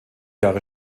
jahre